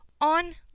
On